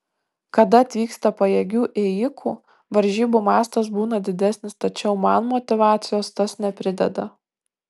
kada atvyksta pajėgių ėjikų varžybų mastas būna didesnis tačiau man motyvacijos tas neprideda